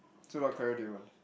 so what career do you want